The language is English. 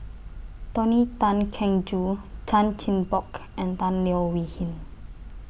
Tony Tan Keng Joo Chan Chin Bock and Tan Leo Wee Hin